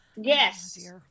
Yes